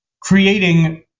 creating